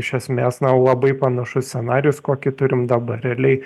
iš esmės na labai panašus scenarijus kokį turim dabar realiai